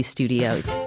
Studios